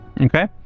Okay